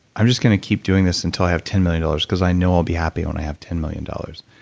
i'm just going to keep doing this until i have ten million dollars because i know i'll be happy when i have ten million dollars.